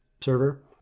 server